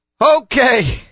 Okay